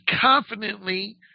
confidently